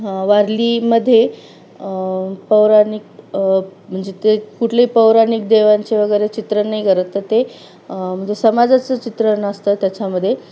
वारलीमध्ये पौराणिक म्हणजे ते कुठलेही पौराणिक देवांचे वगैरे चित्रण नाही करत तर ते म्हणजे समाजाचं चित्र नसतं त्याच्यामध्ये